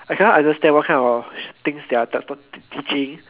I cannot understand what kind of things they are t~ t~ teaching